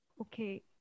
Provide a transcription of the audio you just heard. Okay